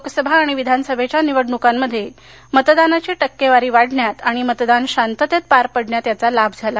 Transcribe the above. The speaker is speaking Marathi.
लोकसभा आणि विधानसभेच्या निवडणुकांमध्ये मतदानाची टक्केवारी वाढण्यात आणि मतदान शांततेत पार पडण्यात याचा लाभ झाला